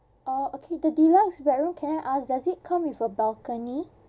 uh okay the deluxe bedroom can I ask does it come with a balcony